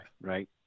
right